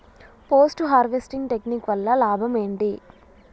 Post harvesting technique వల్ల లాభం ఏంటి?